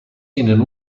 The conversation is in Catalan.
tenen